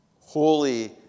holy